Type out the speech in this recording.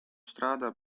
strādā